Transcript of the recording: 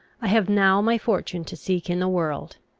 i have now my fortune to seek in the world.